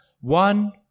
One